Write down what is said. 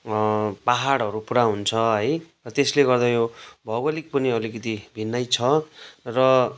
पाहाडहरू पुरा हुन्छ है र त्यसले गर्दा यो भौगोलिक पनि अलिकति भिन्नै छ र